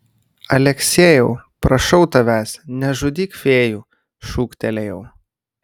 aleksejau prašau tavęs nežudyk fėjų šūktelėjau